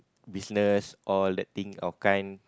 business all that thing that kind